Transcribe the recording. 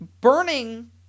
burning